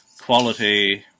quality